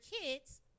kids